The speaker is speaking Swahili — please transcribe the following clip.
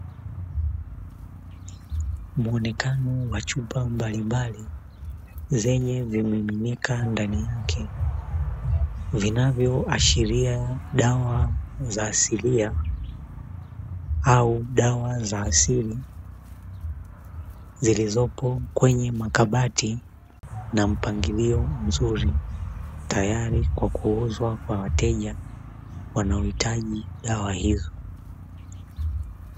Muonekano wa chupa mbalimbali zenye vimiminika ndani yake vinavyoashiria dawa za asilia au dawa za asili; zilizopo kwenye makabati na mpangilio mzuri tayari kwa kuuzwa kwa wateja wanaohitaji dawa hizo.